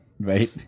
Right